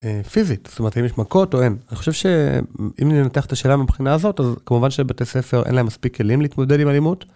פיזית, זאת אומרת האם יש מקות או אין, אני חושב שאם ננתח את השאלה מבחינה זאת אז כמובן שבתי ספר אין להם מספיק כלים להתמודד עם אלימות.